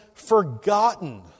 forgotten